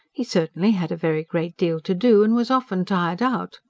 he certainly had a very great deal to do, and was often tired out.